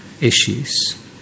issues